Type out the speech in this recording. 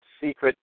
secret